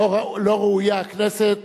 לא ראויה הכנסת,